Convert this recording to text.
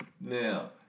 Now